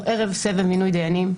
אנחנו ערב סבב מינוי דיינים,